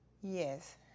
Yes